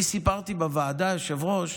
אני סיפרתי בוועדה, היושב-ראש,